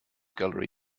gallery